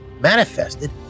manifested